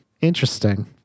interesting